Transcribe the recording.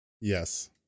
Yes